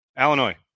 Illinois